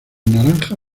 naranja